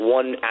one